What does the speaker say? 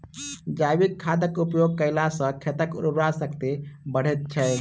जैविक खादक उपयोग कयला सॅ खेतक उर्वरा शक्ति बढ़ैत छै